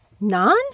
None